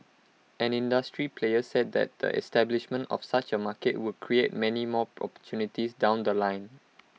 an industry player said that the establishment of such A market would create many more opportunities down The Line